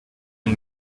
une